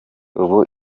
ubu